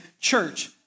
church